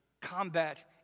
combat